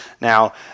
Now